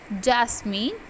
Jasmine